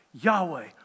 Yahweh